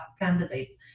candidates